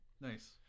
nice